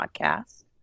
podcast